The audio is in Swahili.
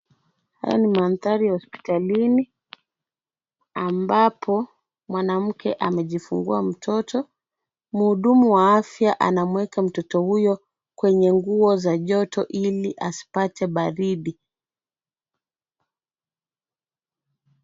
Haya ni mandhari ya hospitalini, ambapo mwanamke amejifungua mtoto. Mhudumu wa afya anamuweka mtoto huyo kwenye nguo za joto ili asipate baridi.